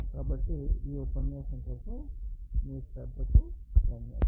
కాబట్టి ఈ ఉపన్యాసం కోసం మీ శ్రద్ధకు ధన్యవాదాలు